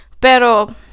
pero